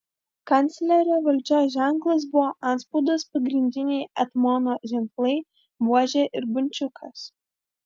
kanclerio valdžios ženklas buvo antspaudas pagrindiniai etmono ženklai buožė ir bunčiukas